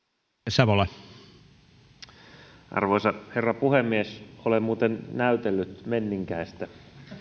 arvoisa herra puhemies olen muuten näytellyt menninkäistä